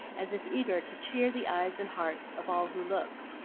as if eager to cheer the eyes and hearts of all who looked.